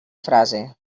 frase